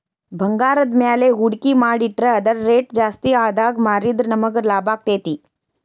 ಭಂಗಾರದ್ಮ್ಯಾಲೆ ಹೂಡ್ಕಿ ಮಾಡಿಟ್ರ ಅದರ್ ರೆಟ್ ಜಾಸ್ತಿಆದಾಗ್ ಮಾರಿದ್ರ ನಮಗ್ ಲಾಭಾಕ್ತೇತಿ